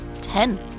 Ten